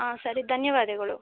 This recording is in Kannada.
ಹಾಂ ಸರಿ ಧನ್ಯವಾದಗಳು